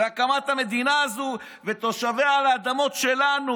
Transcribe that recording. והקמת המדינה הזאת ותושביה על האדמות שלנו,